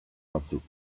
batzuk